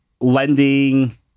lending